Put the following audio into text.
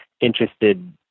interested